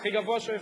הכי גבוה שאפשר.